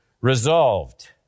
Resolved